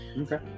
Okay